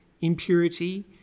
impurity